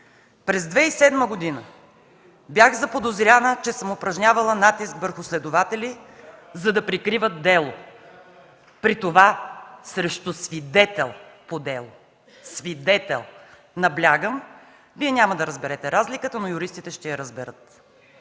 През 2007 г. бях заподозряна, че съм упражнявала натиск върху следователи, за да прикриват дело, при това срещу свидетел по дело. Свидетел, наблягам! Вие няма да разберете разликата, но юристите ще я разберат.